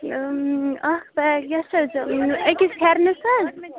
اَکھ پیچ گَژھِ ژے أکِس پھٮ۪رنس حظ